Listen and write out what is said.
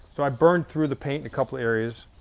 so i burned through the paint and couple areas.